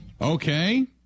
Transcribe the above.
Okay